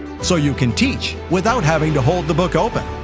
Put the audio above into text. so you can teach without having to hold the book open.